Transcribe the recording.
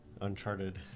uncharted